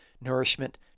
nourishment